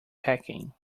packing